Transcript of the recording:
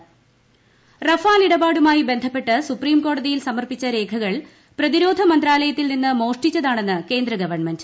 Rafale സുപ്രീംകോടതി Rafale ഇടപാടുമായി ബന്ധഉപ്പ്പ്ട്ട് സുപ്രീംകോടതിയിൽ സമർപ്പിച്ച രേഖകൾ പ്രതിരോധ മന്ത്രാലയ്ത്തിൽ നിന്ന് മോഷ്ടിച്ചതാണെന്ന് കേന്ദ്ര ഗവൺമെന്റ്